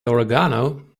oregano